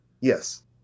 Yes